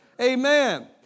Amen